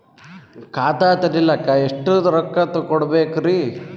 ಖಾತಾ ತೆರಿಲಿಕ ಎಷ್ಟು ರೊಕ್ಕಕೊಡ್ಬೇಕುರೀ?